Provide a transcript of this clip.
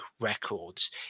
records